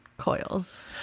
coils